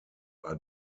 are